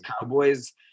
Cowboys